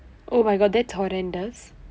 oh my god they're horrendous